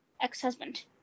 ex-husband